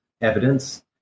evidence